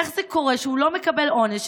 איך זה קורה שהוא לא מקבל עונש,